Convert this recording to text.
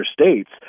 states